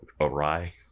awry